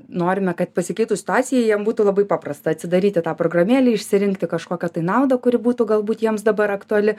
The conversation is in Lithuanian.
norime kad pasikeitus situacijai jiem būtų labai paprasta atsidaryti tą programėlę išsirinkti kažkokią tai naudą kuri būtų galbūt jiems dabar aktuali